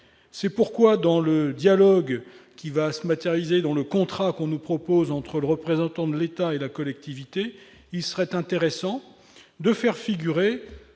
C'est pourquoi, dans le dialogue qui va se matérialiser en une proposition de contrat entre le représentant de l'État et la collectivité, il serait intéressant de faire figurer